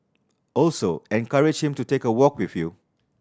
also encourage him to take a walk with you